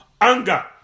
anger